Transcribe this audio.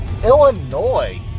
Illinois